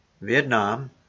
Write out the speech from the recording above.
Vietnam